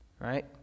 right